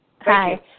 Hi